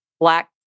black